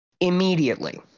immediately